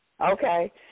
Okay